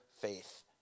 faith